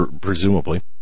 presumably